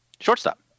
Shortstop